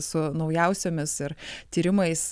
su naujausiomis ir tyrimais